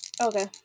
Okay